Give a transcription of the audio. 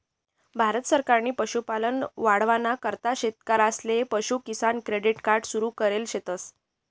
भारत सरकारनी पशुपालन वाढावाना करता शेतकरीसले पशु किसान क्रेडिट कार्ड सुरु करेल शेतस